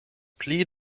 pli